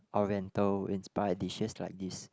oriental inspired dishes like this